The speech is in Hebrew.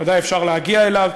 בוודאי אפשר להגיע אליו,